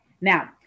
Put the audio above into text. now